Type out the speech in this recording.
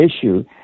issue